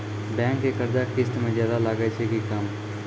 Bank के कर्जा किस्त मे ज्यादा लागै छै कि कम?